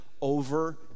over